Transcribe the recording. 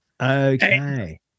Okay